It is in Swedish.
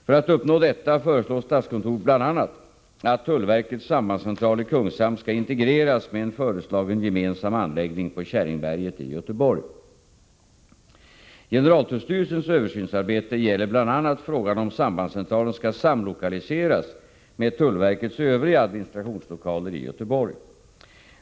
För att uppnå detta föreslår statskontoret bl.a. att tullverkets sambandscentral i Kungshamn skall integreras med en föreslagen gemensam anläggning på Käringberget i Göteborg. Generaltullstyrelsens översynsarbete gäller bl.a. frågan om huruvida sambandscentralen skall samlokaliseras med tullverkets övriga administrationslokaler i Göteborg.